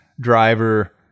driver